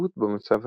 התחשבות במצב